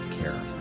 care